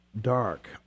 dark